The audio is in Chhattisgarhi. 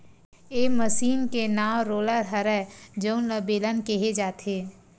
ए मसीन के नांव रोलर हरय जउन ल बेलन केहे जाथे